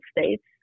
states